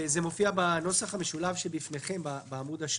זה מופיע בנוסח המשולב שבפניכם בעמוד השלישי.